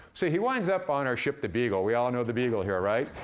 so he winds up on our ship, the beagle. we all know the beagle here, right?